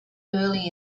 early